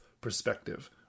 perspective